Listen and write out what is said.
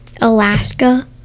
Alaska